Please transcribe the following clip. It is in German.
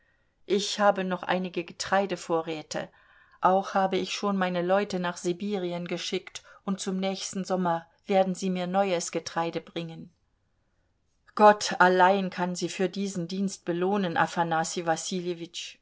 ich habe noch einige getreidevorräte auch habe ich schon meine leute nach sibirien geschickt und zum nächsten sommer werden sie mir neues getreide bringen gott allein kann sie für diesen dienst belohnen